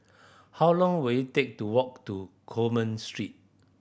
how long will it take to walk to Coleman Street